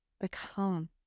become